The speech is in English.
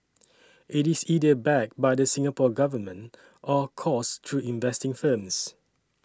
it is either backed by the Singapore Government or coursed through investing firms